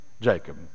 Jacob